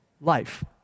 life